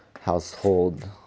household